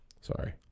Sorry